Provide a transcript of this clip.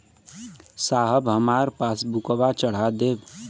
साहब हमार पासबुकवा चढ़ा देब?